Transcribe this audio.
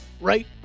right